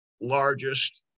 largest